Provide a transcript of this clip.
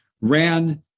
ran